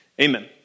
Amen